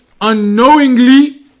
unknowingly